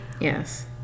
Yes